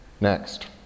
Next